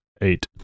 Eight